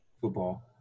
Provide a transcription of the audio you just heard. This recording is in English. Football